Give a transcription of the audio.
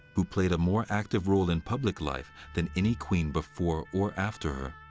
who played a more active role in public life than any queen before or after